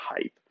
hype